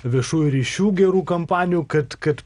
viešųjų ryšių gerų kampanijų kad kad